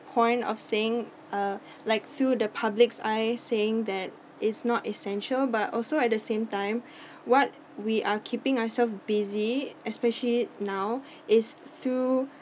point of saying uh like through the public's eyes saying that it's not essential but also at the same time what we are keeping ourselves busy especially now is through